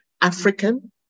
African